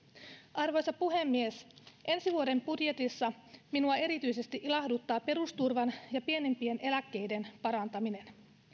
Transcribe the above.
arvoisa puhemies ensi vuoden budjetissa minua erityisesti ilahduttaa perusturvan ja pienimpien eläkkeiden parantaminen